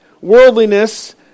worldliness